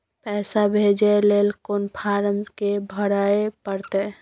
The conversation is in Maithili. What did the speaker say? पैसा भेजय लेल कोन फारम के भरय परतै?